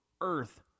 earth